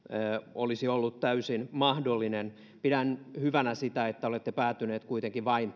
olisi ollut täysin mahdollinen pidän hyvänä sitä että olette päätyneet kuitenkin vain